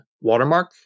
Watermark